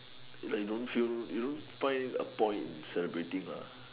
like you don't feel you don't find a point in celebrating lah